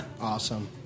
Awesome